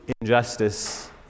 injustice